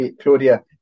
Claudia